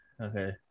Okay